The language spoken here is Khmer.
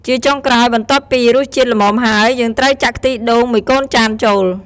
ជាចុងក្រោយ បន្ទាប់ពីរសជាតិល្មមហើយ យើងត្រូវចាក់ខ្ទិះដូងមួយកូនចានចូល។